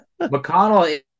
McConnell